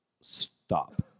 stop